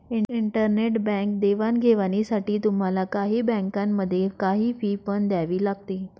internet bank देवाणघेवाणीसाठी तुम्हाला काही बँकांमध्ये, काही फी पण द्यावी लागते